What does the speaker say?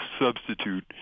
substitute